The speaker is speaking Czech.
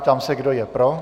Ptám se, kdo je pro.